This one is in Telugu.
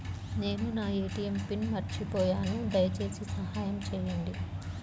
నేను నా ఏ.టీ.ఎం పిన్ను మర్చిపోయాను దయచేసి సహాయం చేయండి